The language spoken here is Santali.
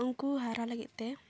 ᱩᱱᱠᱩ ᱦᱟᱨᱟ ᱞᱟᱹᱜᱤᱫ ᱛᱮ